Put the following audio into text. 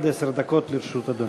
עד עשר דקות לרשות אדוני.